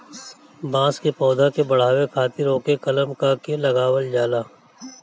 बांस के पौधा के बढ़ावे खातिर ओके कलम क के लगावल जाला